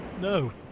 No